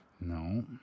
No